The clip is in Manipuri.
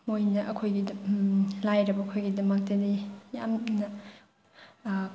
ꯃꯣꯏꯅ ꯑꯩꯈꯣꯏꯒꯤ ꯂꯥꯏꯔꯕ ꯑꯩꯈꯣꯏꯒꯤꯗꯃꯛꯇꯗꯤ ꯌꯥꯝꯅ